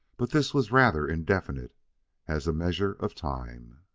but this was rather indefinite as a measure of time.